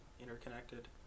interconnected